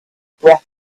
breath